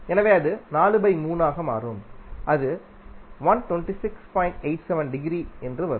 எனவே அது ஆக மாறும் அது என்று வரும்